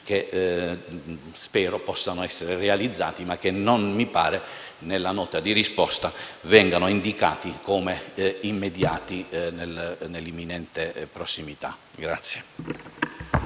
che, spero, possano essere realizzati, ma che non mi pare nella nota di risposta vengano indicati come immediati nell'imminente prossimità.